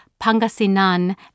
Pangasinan